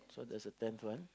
so there's a tenth one